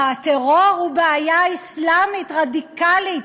הטרור הוא בעיה אסלאמית רדיקלית.